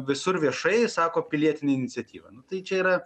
visur viešai sako pilietinė iniciatyva nu tai čia yra